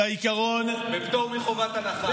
שהעיקרון, בפטור מחובת הנחה.